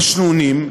ישנוניים,